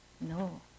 No